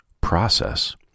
process